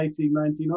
1899